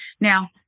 Now